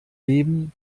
leben